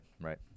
right